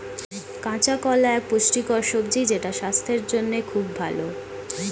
কাঁচা কলা এক পুষ্টিকর সবজি যেটা স্বাস্থ্যের জন্যে খুব ভালো